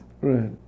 Right